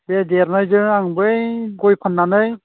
बे देरनायजों आं बै गय फाननानै